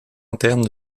interne